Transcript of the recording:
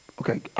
Okay